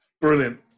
Brilliant